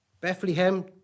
Bethlehem